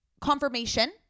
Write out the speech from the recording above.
confirmation